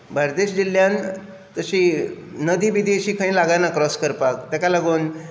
बार्देस जिल्ल्यांत तशी नदी बिदी अशी खंय लागना क्रोस करपाक ताका लागून